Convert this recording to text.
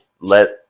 Let